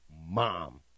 mom